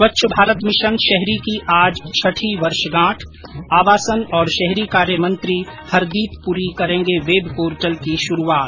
स्वच्छ भारत मिशन शहरी की आज छठी वर्षगांठ आवासन और शहरी कार्यमंत्री हरदीप पुरी करेंगे वेब पोर्टल की शुरूआत